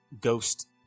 Ghost